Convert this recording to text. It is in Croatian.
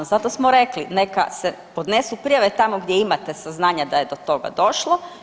Zato smo rekli neka se podnesu prijave tamo gdje imate saznanja da je do toga došlo.